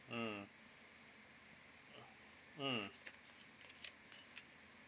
mm mm